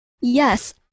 yes